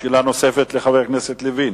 שאלה נוספת לחבר הכנסת לוין,